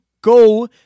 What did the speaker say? go